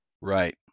Right